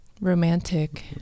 romantic